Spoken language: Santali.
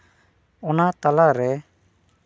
ᱚᱱᱟ ᱛᱟᱞᱟ ᱨᱮ